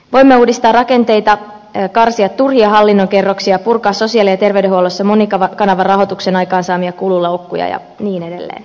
voimme uudistaa rakenteita karsia turhia hallinnon kerroksia purkaa sosiaali ja terveydenhuollossa monikanavarahoituksen aikaansaamia kululoukkuja ja niin edelleen